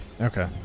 Okay